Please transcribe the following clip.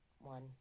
One